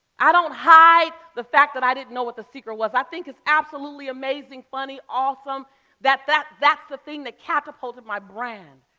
i don't hide the fact that i didn't know what the secret was. i think it's absolutely amazing funny awesome that that that's the thing that catapulted my brand.